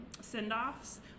send-offs